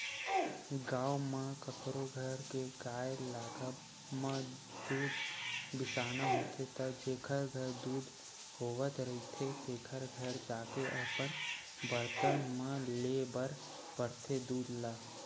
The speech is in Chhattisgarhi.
गाँव म कखरो घर के गाय लागब म दूद बिसाना होथे त जेखर घर दूद होवत रहिथे तेखर घर जाके अपन बरतन म लेय बर परथे दूद ल